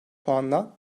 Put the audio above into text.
puanla